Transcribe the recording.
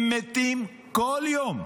הם מתים כל יום.